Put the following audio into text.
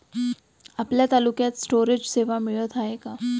आपल्या तालुक्यात स्टोरेज सेवा मिळत हाये का?